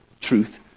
truth